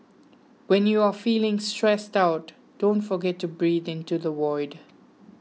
when you are feeling stressed out don't forget to breathe into the void